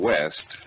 West